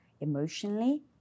emotionally